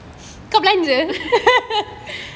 kau belanja